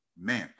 man